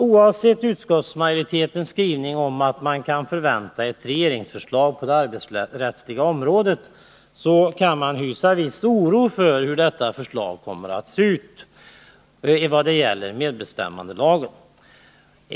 Oavsett utskottsmajoritetens skrivning om att man kan förvänta ett regeringsförslag på det arbetsrättsliga området, kan man hysa viss oro för hur detta förslag kommer att se ut i vad gäller medbestämmandelagen.